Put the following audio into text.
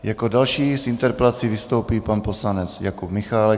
Jako další s interpelací vystoupí pan poslanec Jakub Michálek.